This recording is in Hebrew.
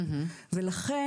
לכן,